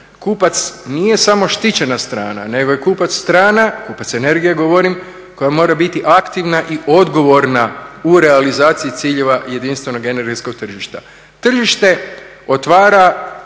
kupac nije samo štićena strana, nego je kupac strana kupac energije govorim koja mora biti aktivna i odgovorna u realizaciji ciljeva jedinstvenog energetskog tržišta. Tržište otvara